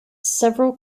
several